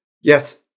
Yes